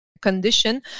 condition